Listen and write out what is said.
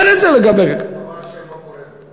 אין את זה לגבי, זה דבר שאינו קורה בפועל.